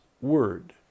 Word